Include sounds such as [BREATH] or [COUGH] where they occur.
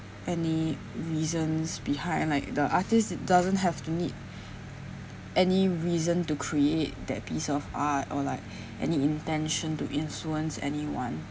any reasons behind like the artist it doesn't have to need any reason to create that piece of art or like [BREATH] any intention to influence anyone